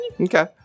Okay